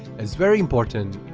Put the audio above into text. it's very important!